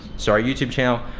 start a youtube channel.